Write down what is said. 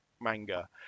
manga